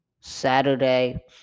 Saturday